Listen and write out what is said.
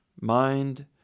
mind